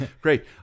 Great